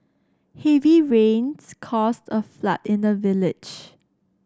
heavy rains caused a flood in the village